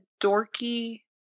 dorky